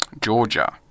Georgia